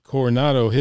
Coronado